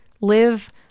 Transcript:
live